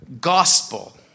gospel